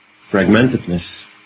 fragmentedness